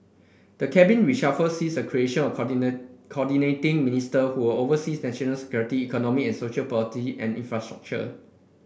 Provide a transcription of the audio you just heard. the Cabinet reshuffle sees the creation of Coordinating Ministers who will oversee national security economic and social policy and infrastructure